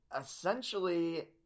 essentially